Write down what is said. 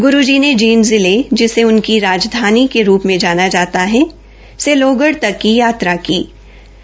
ग्रु जी ने जींद जिले जिसे उनकी राजधानी के रूप में जाना जाता है से लोहगढ़ तक की यात्रा की थी